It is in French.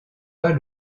pas